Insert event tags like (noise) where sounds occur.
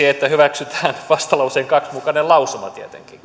(unintelligible) että hyväksytään vastalauseen kahden mukainen lausuma